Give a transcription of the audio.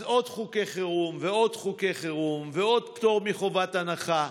אז עוד חוקי חירום ועוד חוקי חירום ועוד פטור מחובת הנחה.